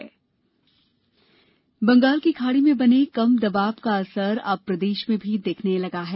मौसम बंगाल की खाड़ी में बने कम दबाव का असर अब प्रदेश में दिखने लगा है